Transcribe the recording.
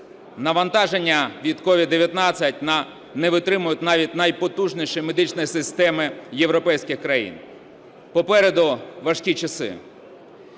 Навантаження від COVID-19 не витримують навіть найпотужніші медичні системи європейських країн. Попереду важкі часи.